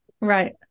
Right